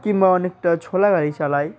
কিংবা অনেকটা স্লো গাড়ি চালায়